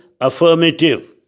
Affirmative